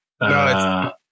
No